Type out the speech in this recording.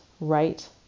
right